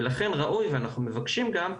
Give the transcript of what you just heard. ולכן ראוי ואנחנו מבקשים גם,